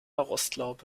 rostlaube